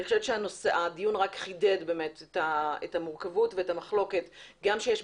אני חושבת שהדיון רק חידד את המורכבות ואת המחלוקת שיש גם